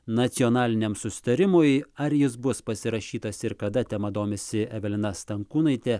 nacionaliniam susitarimui ar jis bus pasirašytas ir kada tema domisi evelina stankūnaitė